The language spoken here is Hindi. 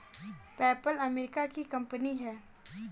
पैपल अमेरिका की कंपनी है